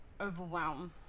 overwhelm